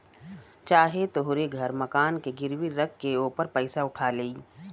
चाहे तोहरे घर मकान के गिरवी रख के ओपर पइसा उठा लेई